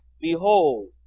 Behold